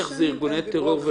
נמצא מחוץ לישראל,